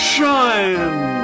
Shine